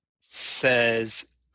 says